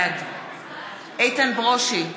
בעד איתן ברושי,